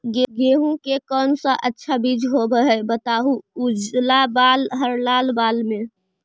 गेहूं के कौन सा अच्छा बीज होव है बताहू, उजला बाल हरलाल बाल में?